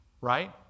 Right